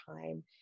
time